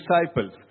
disciples